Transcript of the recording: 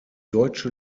deutsche